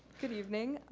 good evening.